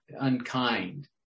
unkind